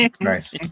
Nice